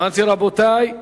אמרתי: רבותי,